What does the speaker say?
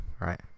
right